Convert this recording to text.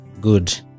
Good